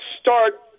start